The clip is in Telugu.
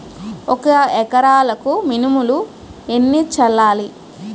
ఒక ఎకరాలకు మినువులు ఎన్ని చల్లాలి?